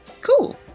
Cool